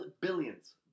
billions